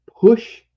push